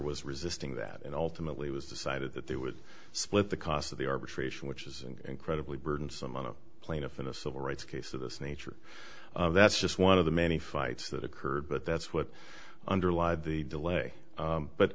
was resisting that it ultimately was decided that they would split the cost of the arbitration which is incredibly burdensome on a plaintiff in a civil rights case of this nature that's just one of the many fights that occurred but that's what underlie the delay